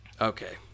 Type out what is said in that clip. Okay